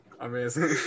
Amazing